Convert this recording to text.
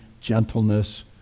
gentleness